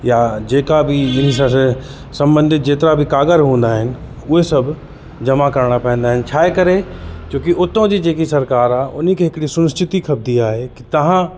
या जेका बि इनसां गॾु संबंधित जेतिरा बि काॻर हूंदा आहिनि उहे सभु जमा कराइणा पईंदा आहिनि छाहे करे छोकि उतां जी जेकि सरकार आहे उन के हिकिड़ी सुनिश्चिती खपंदी आहे कि तव्हां